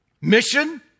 Mission